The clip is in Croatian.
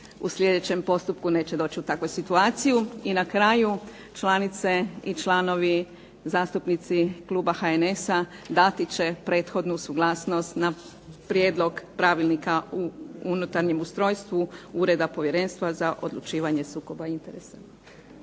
u sljedećem postupku neće doći u takvu situaciju. I na kraju, članice i članovi, zastupnici kluba HNS-a dati će prethodnu suglasnost na prijedlog pravilnika u unutarnjem ustrojstvu Ureda povjerenstva za odlučivanje sukoba interesa.